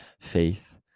faith